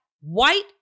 white